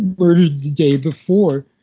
murdered the day before